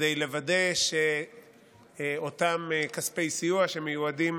כדי לוודא שאותם כספי סיוע שמיועדים